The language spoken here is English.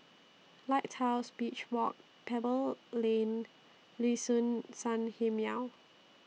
Lighthouse Beach Walk Pebble Lane Liuxun Sanhemiao